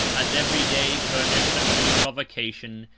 as every day furnished some new provocation,